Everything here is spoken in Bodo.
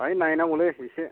बाहाय नायनांगौलै एसे